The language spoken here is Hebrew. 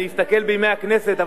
אני אסתכל ב"דברי הכנסת",